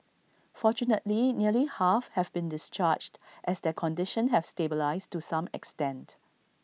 fortunately nearly half have been discharged as their condition have stabilised to some extent